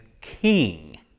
king